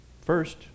First